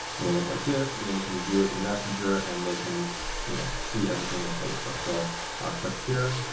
it'll look like this, and then you can view it in messenger, and they can you know see everything in facebook. so i'll click here.